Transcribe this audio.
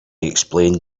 explained